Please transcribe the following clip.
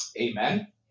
Amen